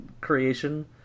creation